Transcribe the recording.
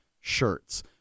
shirts